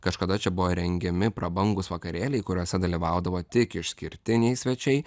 kažkada čia buvo rengiami prabangūs vakarėliai kuriuose dalyvaudavo tik išskirtiniai svečiai